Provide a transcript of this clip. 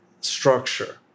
structure